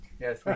Yes